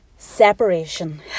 separation